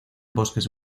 bosques